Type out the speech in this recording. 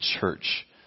church